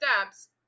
steps